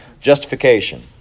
justification